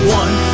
one